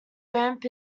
ramp